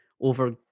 over